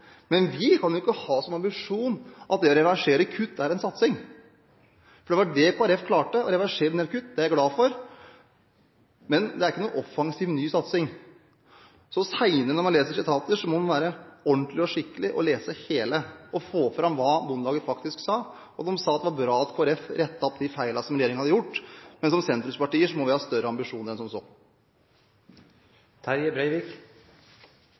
Men vi kan jo ikke ha som ambisjon at det å reversere kutt er en satsing. For det var det Kristelig Folkeparti klarte: å reversere en del kutt – det er jeg glad for – men det er ikke noen offensiv, ny satsing. Så senere når man siterer, må man være ordentlig og skikkelig, og lese hele, og få fram hva Bondelaget faktisk sa, og de sa det var bra at Kristelig Folkeparti rettet opp de feil som regjeringen hadde gjort. Men som sentrumspartier må vi ha større ambisjoner enn som